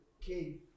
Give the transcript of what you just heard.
King